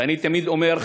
ואני תמיד אומר,